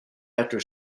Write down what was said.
after